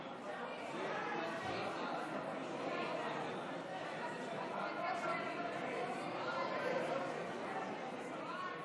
הצעת סיעת הליכוד להביע אי-אמון בממשלה לא נתקבלה.